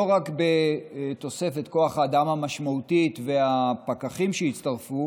לא רק בתוספת כוח האדם המשמעותית והפקחים שהצטרפו